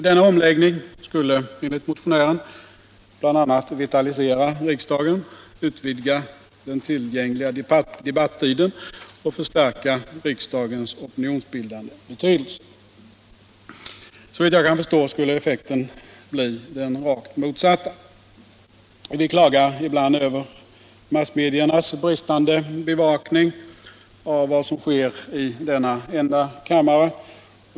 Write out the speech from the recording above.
Denna omläggning skulle enligt motionären bl.a. vitalisera riksdagen, utvidga den tillgängliga debattiden och förstärka riksdagens opinionsbildande betydelse. Såvitt jag kan förstå skulle effekten bli den rakt motsatta. Vi klagar ibland över massmediernas bristande bevakning av vad som sker i denna enda kammare.